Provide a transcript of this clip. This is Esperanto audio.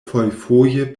fojfoje